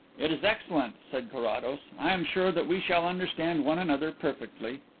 it is excellent, said carrados. i am sure that we shall understand one another perfectly.